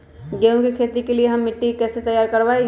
गेंहू की खेती के लिए हम मिट्टी के कैसे तैयार करवाई?